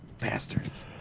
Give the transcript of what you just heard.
Bastards